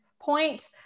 point